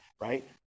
right